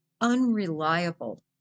unreliable